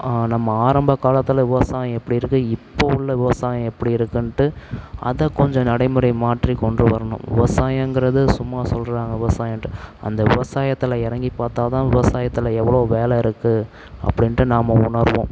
நம்ம ஆரம்ப காலத்தில் விவசாயம் எப்படி இருக்குது இப்போ உள்ள விவசாயம் எப்படி இருக்குதுன்ட்டு அதை கொஞ்சம் நடைமுறை மாற்றி கொண்டு வரணும் விவசாயங்கிறது சும்மா சொல்கிறாங்க விவசாயனுட்டு அந்த விவசாயத்தில் இறங்கி பார்த்தாதான் விவசாயத்தில் எவ்வளோ வேலை இருக்குது அப்படின்ட்டு நாம் உணருவோம்